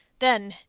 then,